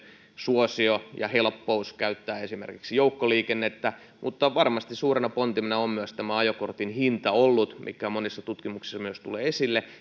suosio ja helppous käyttää esimerkiksi joukkoliikennettä mutta varmasti suurena pontimena on myös ollut ajokortin hinta mikä monessa tutkimuksessa myös tulee esille